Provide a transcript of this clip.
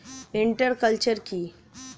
Inter culture কি?